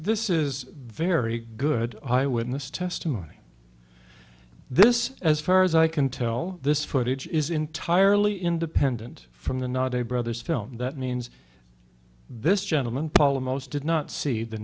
this is very good eyewitness testimony this as far as i can tell this footage is entirely independent from the not a brother's film that means this gentleman paula most did not see the